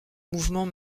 mouvement